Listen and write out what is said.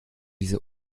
diese